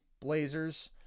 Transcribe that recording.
blazers